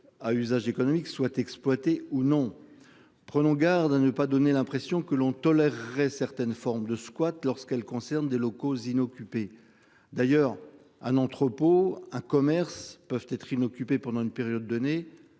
À usage économique soient exploités ou non. Prenons garde à ne pas donner l'impression que l'on tolérerait certaines formes de squat lorsqu'elles concernent des locaux inoccupés. D'ailleurs un entrepôt un commerce peuvent être inoccupée pendant une période donnée.